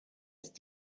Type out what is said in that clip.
ist